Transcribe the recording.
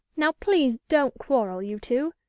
now please don't quarrel, you two.